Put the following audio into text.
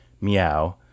meow